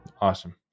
Awesome